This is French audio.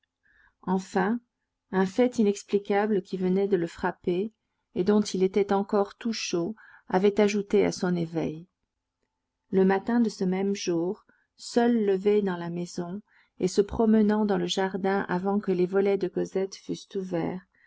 enfin un fait inexplicable qui venait de le frapper et dont il était encore tout chaud avait ajouté à son éveil le matin de ce même jour seul levé dans la maison et se promenant dans le jardin avant que les volets de cosette fussent ouverts